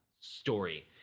story